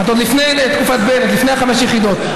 את עוד לפני תקופת בנט, לפני חמש יחידות.